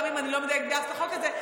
גם אם אני לא מדייקת ביחס לחוק הזה,